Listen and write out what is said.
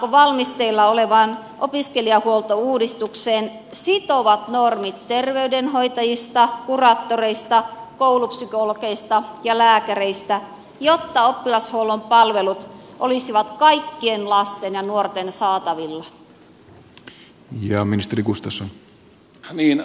kirjataanko valmisteilla olevaan opiskelijahuoltouudistukseen sitovat normit terveydenhoitajista kuraattoreista koulupsykologeista ja lääkäreistä jotta oppilashuollon palvelut olisivat kaikkien lasten ja nuorten saatavilla